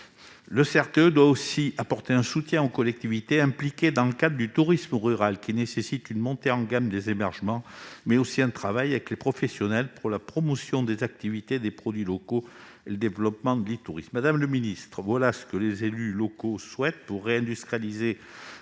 Le CRTE doit aussi permettre de soutenir les collectivités impliquées dans le tourisme rural, lequel requiert non seulement une montée en gamme des hébergements, mais aussi un travail avec les professionnels afin de promouvoir les activités et les produits locaux et de développer l'e-tourisme. Madame la ministre, voilà ce que les élus locaux souhaitent pour réindustrialiser